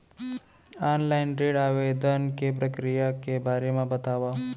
Online ऋण आवेदन के प्रक्रिया के बारे म बतावव?